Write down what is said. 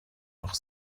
noch